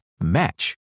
match